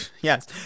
Yes